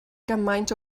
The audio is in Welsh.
gymaint